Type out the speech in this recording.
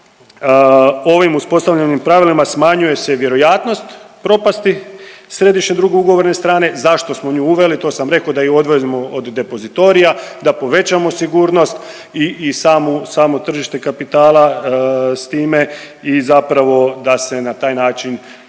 ovim uspostavljenim pravilima smanjuje se vjerojatnost propasti središnje i drugo ugovorne strane. Zašto smo nju uveli? To sam rekao da ju odvojimo od depozitorija, da povećamo sigurnost i samu, samo tržište kapitala s time i zapravo da se na taj način pravilno